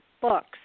books